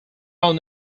power